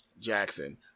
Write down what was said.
Jackson